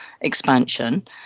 expansion